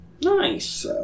Nice